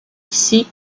sea